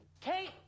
Kate